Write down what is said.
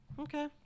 Okay